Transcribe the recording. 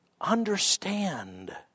understand